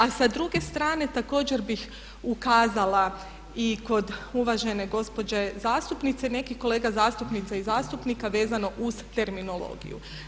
A sa druge strane također bih ukazala i kod uvažene gospođe zastupnice, nekih kolega zastupnica i zastupnika vezano uz terminologiju.